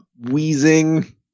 wheezing